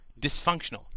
dysfunctional